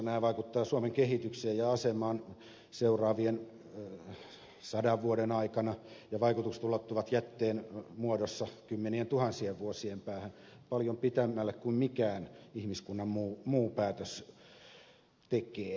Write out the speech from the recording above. nehän vaikuttavat suomen kehitykseen ja asemaan seuraavien sadan vuoden aikana ja vaikutukset ulottuvat jätteen muodossa kymmenientuhansien vuosien päähän paljon pitemmälle kuin mikään ihmiskunnan muu päätös tekee ja on tehnyt